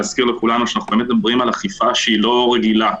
להזכיר לכולנו שכאן מדברים על אכיפה לא רגילה,